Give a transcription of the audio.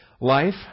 life